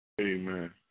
Amen